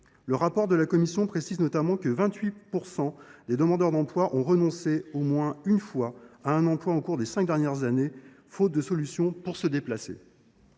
son rapport, précise notamment que 28 % des demandeurs d’emploi ont renoncé au moins une fois à un emploi au cours des cinq dernières années, faute de solution pour se déplacer.